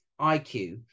IQ